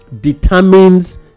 determines